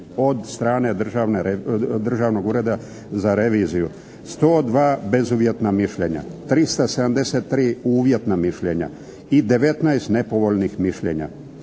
od strane Državnog ureda za reviziju 102 bezuvjetna mišljenja, 373 uvjetna mišljenja i 19 nepovoljnih mišljenja.